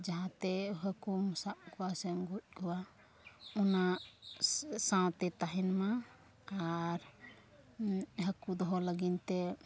ᱡᱟᱦᱟᱛᱮ ᱦᱟᱹᱠᱩᱢ ᱥᱟᱵ ᱠᱚᱣᱟ ᱥᱮᱢ ᱜᱚᱡ ᱠᱚᱣᱟ ᱚᱱᱟ ᱥᱟᱶᱛᱮ ᱛᱟᱦᱮᱱᱢᱟ ᱟᱨ ᱦᱟᱹᱠᱩ ᱫᱚᱦᱚ ᱞᱟᱹᱜᱤᱫᱼᱛᱮ